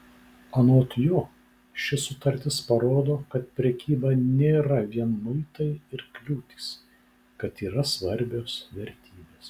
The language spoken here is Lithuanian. anot jo ši sutartis parodo kad prekyba nėra vien muitai ir kliūtys kad yra svarbios vertybės